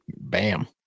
bam